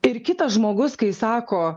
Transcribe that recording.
ir kitas žmogus kai sako